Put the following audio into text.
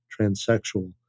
transsexual